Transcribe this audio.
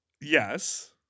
Yes